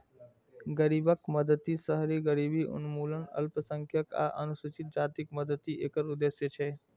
गरीबक मदति, शहरी गरीबी उन्मूलन, अल्पसंख्यक आ अनुसूचित जातिक मदति एकर उद्देश्य छै